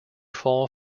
fall